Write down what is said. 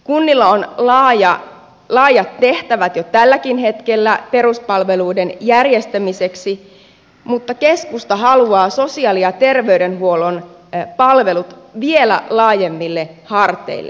kunnilla on laajat tehtävät jo tälläkin hetkellä peruspalveluiden järjestämiseksi mutta keskusta haluaa sosiaali ja terveydenhuollon palvelut vielä laajemmille harteille